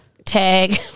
Tag